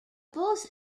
both